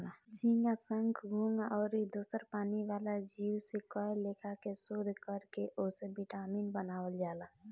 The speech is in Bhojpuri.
झींगा, संख, घोघा आउर दोसर पानी वाला जीव से कए लेखा के शोध कर के ओसे विटामिन बनावल जाला